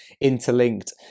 interlinked